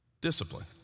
discipline